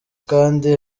kandi